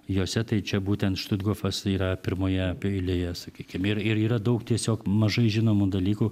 jose tai čia būtent štuthofas yra pirmoje eilėje sakykim ir ir yra daug tiesiog mažai žinomų dalykų